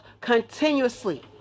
continuously